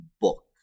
book